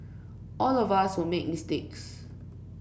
all of us will make mistakes